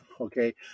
okay